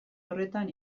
horretan